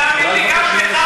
את יכולה לבקש ממנו שנייה?